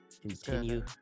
continue